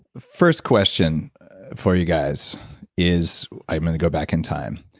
first question for you guys is. i'm going to go back in time.